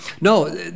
No